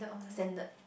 standard